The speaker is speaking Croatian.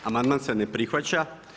Amandman se ne prihvaća.